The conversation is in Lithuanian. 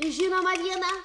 žinoma viena